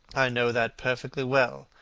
i know that perfectly well.